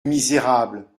misérable